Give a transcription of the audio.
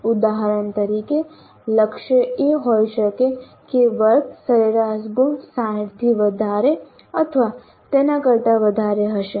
ઉદાહરણ તરીકે લક્ષ્ય એ હોઈ શકે છે કે વર્ગ સરેરાશ ગુણ 60 થી વધારે અથવા તેના કરતા વધારે હશે